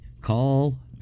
Call